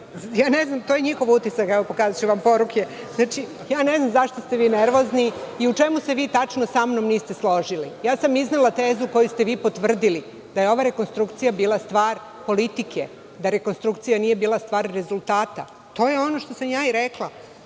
Ne znam, to je njihov utisak, mogu da vam pokažem poruke. Znači, ne znam zašto ste vi nervozni i u čemu se vi tačno sa mnom niste složili. Iznela sam tezu koju ste vi potvrdili da je ova rekonstrukcija bila stvar politike, da rekonstrukcija nije bila stvar rezultata. To je ono što sam i ja rekla.